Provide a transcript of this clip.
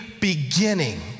beginning